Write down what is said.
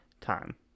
time